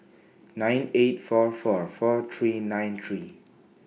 nine eight four four four three nine three